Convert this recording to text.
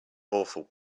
awful